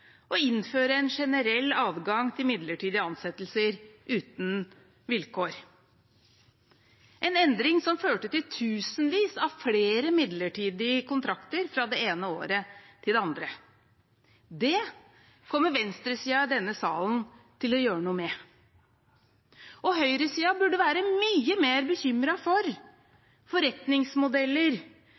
innføre en generell adgang til midlertidige ansettelser uten vilkår. Det var en endring som førte til tusenvis av flere midlertidige kontrakter fra det ene året til det andre. Det kommer venstresiden i denne salen til å gjøre noe med. Høyresiden burde være mye mer bekymret for forretningsmodeller